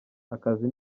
akazi